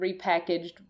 repackaged